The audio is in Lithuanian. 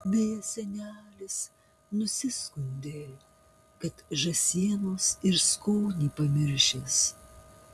beje senelis nusiskundė kad žąsienos ir skonį pamiršęs